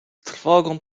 trwogą